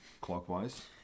clockwise